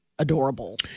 Adorable